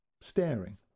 staring